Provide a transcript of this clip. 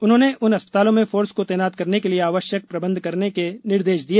उन्होंने उन अस्पतालों में फोर्स को तैनात करने के लिए आवश्यक प्रबंध करने के निर्देश दिए